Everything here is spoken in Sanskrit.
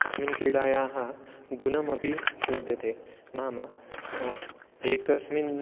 तस्मिन् क्रीडायाः गुणमपि लभ्यते नाम एकस्मिन्